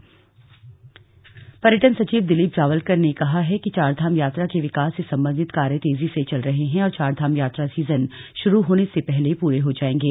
मुख्य सचिव पर्यटन सचिव दिलीप जावलकर ने कहा है कि चारधाम यात्रा के विकास से सम्बन्धित कार्य तेजी से चल रहे हैं और चारधाम यात्रा सीजन शुरू होने से पहले पूरे हो जायेंगे